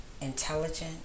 intelligent